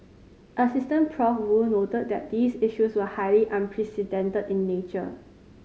Assistant Prof Woo noted that these issues were highly unprecedented in nature